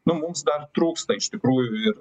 nu mums dar trūksta iš tikrųjų ir